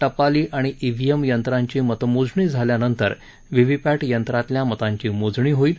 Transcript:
टपाली आणि ईव्हीएम यंत्रांची मतमोजणी झाल्यानंतर व्हीव्हीपॅट यंत्रातल्या मतांची मोजणी होईल